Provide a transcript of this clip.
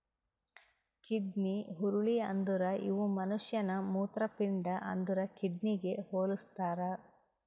kidney ಹುರುಳಿ ಅಂದುರ್ ಇವು ಮನುಷ್ಯನ ಮೂತ್ರಪಿಂಡ ಅಂದುರ್ ಕಿಡ್ನಿಗ್ ಹೊಲುಸ್ತಾರ್